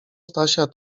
stasia